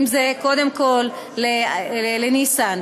קודם כול לניסן,